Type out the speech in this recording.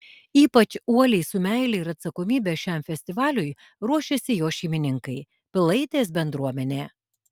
ypač uoliai su meile ir atsakomybe šiam festivaliui ruošiasi jo šeimininkai pilaitės bendruomenė